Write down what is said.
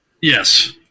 Yes